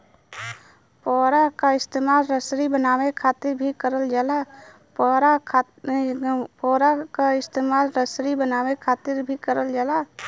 पुवरा क इस्तेमाल रसरी बनावे क खातिर भी करल जाला